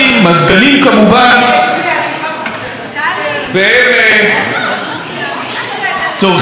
והם צורכים חשמל.